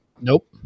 Nope